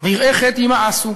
ויראי חטא יימאסו,